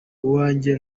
uwanjye